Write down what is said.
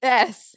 Yes